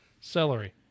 Celery